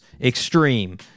extreme